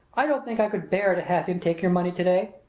i don't think i could bear to have him take your money to-day.